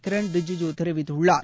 கிரன் ரிஜூஜூ தெரிவித்துள்ளார்